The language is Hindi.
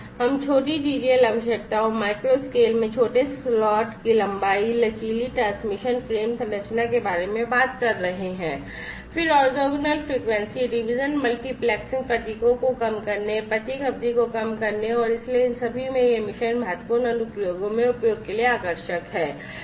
हम छोटी टीटीएल आवश्यकताओं माइक्रो स्केल में छोटे स्लॉट की लंबाई लचीली ट्रांसमिशन फ्रेम संरचना के बारे में बात कर रहे हैं फिर orthogonal frequency डिवीजन मल्टीप्लेक्सिंग प्रतीकों को कम करने प्रतीक अवधि को कम करने और इसलिए इन सभी में यह मिशन महत्वपूर्ण अनुप्रयोगों में उपयोग के लिए आकर्षक है